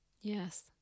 Yes